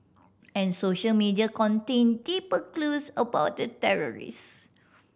and social media contain deeper clues about the terrorists